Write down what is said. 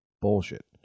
Bullshit